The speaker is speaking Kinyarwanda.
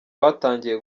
batangiye